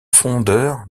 fondeur